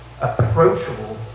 approachable